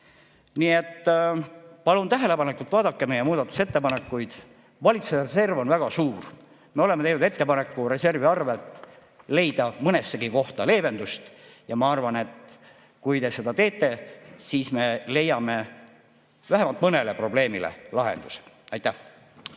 Nii et palun tähelepanelikult vaadata meie muudatusettepanekuid. Valitsuse reserv on väga suur. Me oleme teinud ettepaneku reservi arvel leida mõnessegi kohta leevendust. Ma arvan, et kui te seda teete, siis me leiame vähemalt mõnele probleemile lahenduse. Aitäh!